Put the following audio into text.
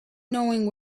knowing